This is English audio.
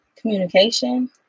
communication